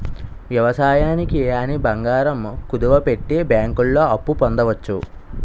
వ్యవసాయానికి అని బంగారం కుదువపెట్టి బ్యాంకుల్లో అప్పు పొందవచ్చు